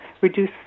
reduce